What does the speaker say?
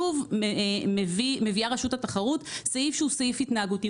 שוב מביאה רשות התחרות סעיף שהוא סעיף התנהגותי,